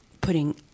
putting